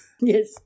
Yes